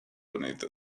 beneath